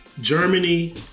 Germany